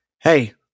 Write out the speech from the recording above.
Hey